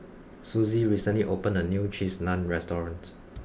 Suzie recently opened a new Cheese Naan restaurant